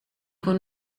con